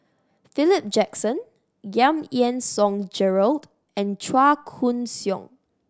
Philip Jackson Giam Yean Song Gerald and Chua Koon Siong